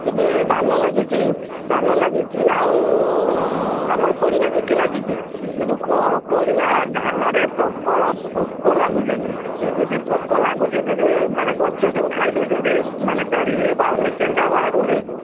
ଏବେ ଧାନ ଲାଗିଛି ଧାନ ଲାଗିଛି ଆଉ ଆମର ପରିବା କିଛି ଲାଗିଛି କିନ୍ତୁ କ'ଣ କରିବା ଧାନରେ ପ୍ରବଳ ପୋକ ଲାଗୁଛନ୍ତି ଏମିତି ପୋକ ଲାଗୁଛନ୍ତି ଯେ ମାନେ ଗଛ ସବୁ ଖାଇଦେଉଛନ୍ତି ମାନେ ତାର ଇଏ ବାହାରୁନି କେନ୍ଦା ବାହାରୁନି